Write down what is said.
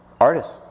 artists